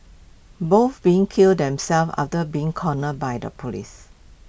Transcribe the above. both being killed themselves after being cornered by the Police